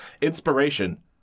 Inspiration